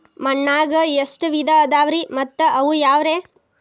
ಮಣ್ಣಾಗ ಎಷ್ಟ ವಿಧ ಇದಾವ್ರಿ ಮತ್ತ ಅವು ಯಾವ್ರೇ?